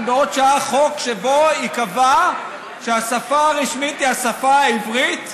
בעוד שעה חוק שבו ייקבע שהשפה הרשמית היא השפה העברית,